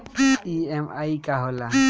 EMI का होला?